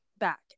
back